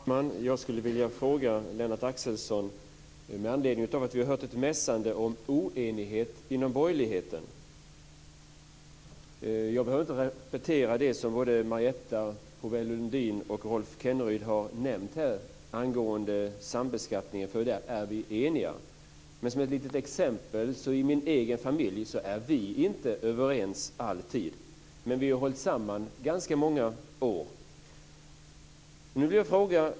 Herr talman! Jag skulle vilja ställa en fråga till Lennart Axelsson med anledning av att vi hört ett mässande om oenighet inom borgerligheten. Jag behöver inte repetera det som både Marietta de Pourbaix-Lundin och Rolf Kenneryd har nämnt om sambeskattningen, för där är vi eniga. Som exempel kan jag nämna att vi i min egen familj inte alltid är överens, men vi har hållit samman i ganska många år.